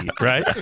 right